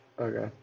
okay